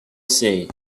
said